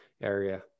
area